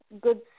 good